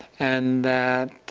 and that